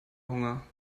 hunger